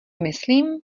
myslím